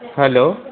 hello